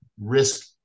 risk